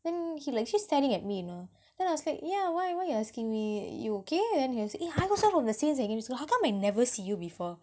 then he like keep staring at me you know then I was like yeah why why you asking me are you okay then he'll say eh I also from the same secondary school how come I never see you before